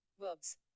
Verbs